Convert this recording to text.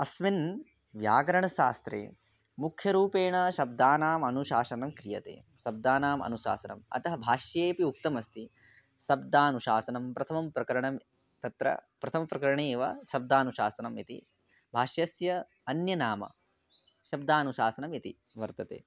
अस्मिन् व्याकरणशास्त्रे मुख्यरूपेण शब्दानाम् अनुशासनं क्रियते शब्दानाम् अनुशासनम् अतः भाष्येपि उक्तम् अस्ति शब्दानुशासनम् प्रथमं प्रकरणं तत्र प्रथमप्रकरणे एव शब्दानुशासनम् इति भाष्यस्य अन्य नाम शब्दानुशासनम् इति वर्तते